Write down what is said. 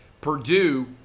Purdue